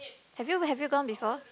have you have you gone before